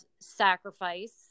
sacrifice